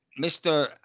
Mr